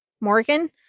Morgan